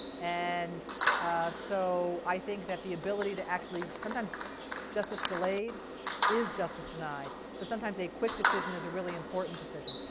and so i think that the ability to actually, sometimes justice delayed is justice denied. so sometimes a quick decision is a really important decision.